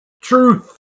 truth